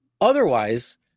Otherwise